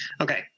Okay